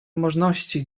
możności